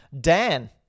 Dan